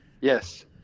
Yes